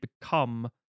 become